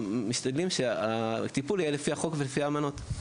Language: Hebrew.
משתדלים שהטיפול יהיה לפי חוק ולפי האמנות.